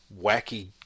wacky